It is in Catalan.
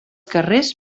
carrers